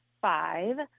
five